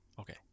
okay